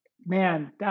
Man